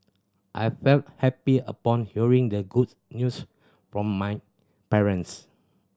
I felt happy upon hearing the good news from my parents